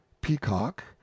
peacock